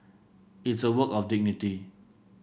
it's a work of dignity